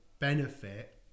benefit